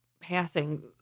passing